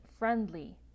Friendly